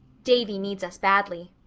davy needs us badly.